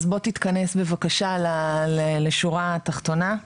אז בוא תתכנס בבקשה לשורה התחתונה.